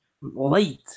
Late